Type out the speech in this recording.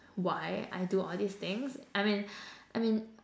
why I do all these things I mean I mean